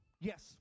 yes